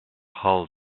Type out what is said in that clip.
hull